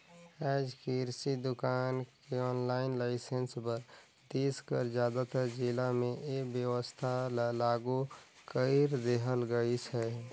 आएज किरसि दुकान के आनलाईन लाइसेंस बर देस कर जादातर जिला में ए बेवस्था ल लागू कइर देहल गइस अहे